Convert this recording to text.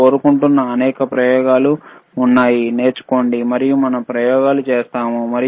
మీరు కోరుకుంటున్న అనేక ప్రయోగాలు ఉన్నాయి నేర్చుకోండి మరియు మనం ప్రయోగాలు చేస్తాము